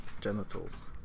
Genitals